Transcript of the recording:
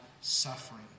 suffering